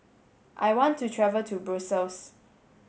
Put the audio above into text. I want to travel to Brussels